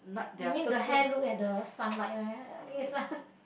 you mean the hair look at the sunlight meh it's a